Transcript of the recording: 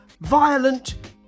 violent